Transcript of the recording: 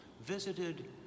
visited